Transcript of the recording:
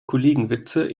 kollegenwitze